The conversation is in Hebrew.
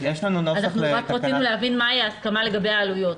אנחנו רוצים להבין מהי ההסכמה לגבי העלויות.